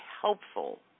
helpful